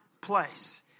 place